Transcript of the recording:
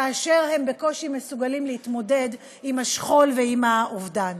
כאשר הם בקושי מסוגלים להתמודד עם השכול ועם האובדן.